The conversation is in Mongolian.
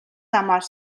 замаар